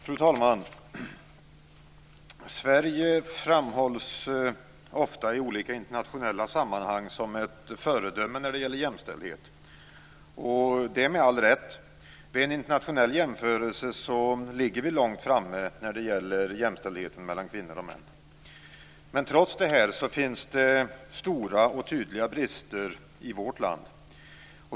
Fru talman! Sverige framhålls ofta i olika internationella sammanhang som ett föredöme när det gäller jämställdhet, och det med all rätt. Vid en internationell jämförelse ligger vi långt framme när det gäller jämställdheten mellan kvinnor och män. Men trots detta finns det stora och tydliga brister i vårt land.